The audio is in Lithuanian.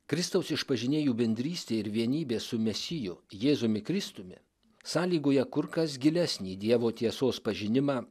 kristaus išpažinėjų bendrystė ir vienybė su mesiju jėzumi kristumi sąlygoja kur kas gilesnį dievo tiesos pažinimą